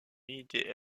unité